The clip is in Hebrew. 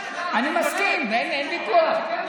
אני מסכים, אין ויכוח.